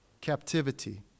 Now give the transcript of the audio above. captivity